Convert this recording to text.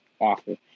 awful